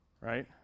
right